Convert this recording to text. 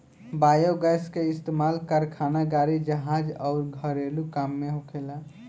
biogas के इस्तमाल कारखाना, गाड़ी, जहाज अउर घरेलु काम में होखेला